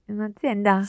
Un'azienda